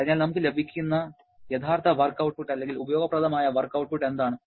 അതിനാൽ നമുക്ക് ലഭിക്കുന്ന യഥാർത്ഥ വർക്ക് ഔട്ട്പുട്ട് അല്ലെങ്കിൽ ഉപയോഗപ്രദമായ വർക്ക് ഔട്ട്പുട്ട് എന്താണ്